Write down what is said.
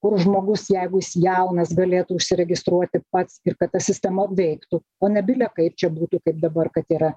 kur žmogus jeigu jis jaunas galėtų užsiregistruoti pats ir kad ta sistema veiktų o ne bile kaip čia būtų kaip dabar kad yra